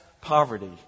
poverty